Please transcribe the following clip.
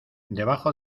debajo